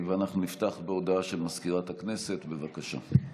אנחנו נפתח בהודעה של מזכירת הכנסת, בבקשה.